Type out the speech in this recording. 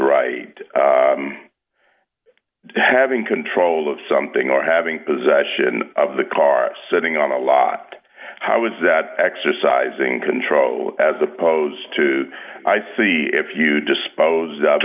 right that having control of something or having possession of the car sitting on a lot how is that exercising control as opposed to i see if you disposed of